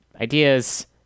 ideas